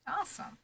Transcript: awesome